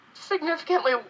significantly